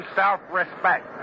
self-respect